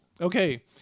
Okay